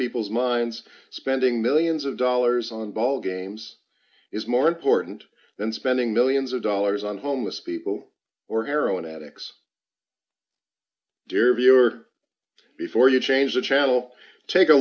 people's minds spending millions of dollars on ballgames is more important than spending millions of dollars on homeless people or heroin addicts dear viewer before you change the channel take a